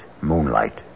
moonlight